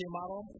model